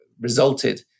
resulted